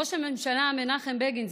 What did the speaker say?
ראש הממשלה מנחם בגין,